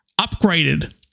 upgraded